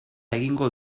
egingo